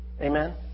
Amen